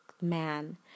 man